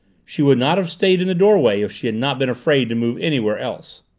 she would not have stayed in the doorway if she had not been afraid to move anywhere else.